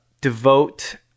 devote